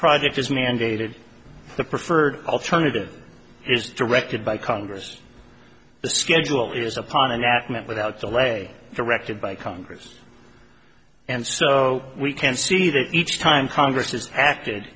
project is mandated the preferred alternative is directed by congress the schedule is upon an act meant without delay directed by congress and so we can see that each time congress has acted